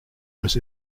was